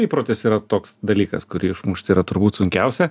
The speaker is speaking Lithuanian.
įprotis yra toks dalykas kurį išmušt yra turbūt sunkiausia